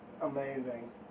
Amazing